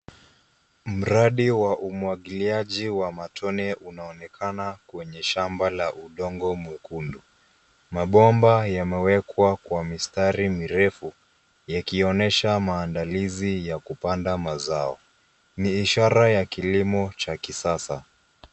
Mradi wa umwagiliaji wa matone unaonekana kwenye shamba la udongo mwekundu. Mabomba yamewekwa kwa mistari mirefu yakionyesha maandalizi ya kupanda mazao. Ni ishara ya kilimo cha kisasa.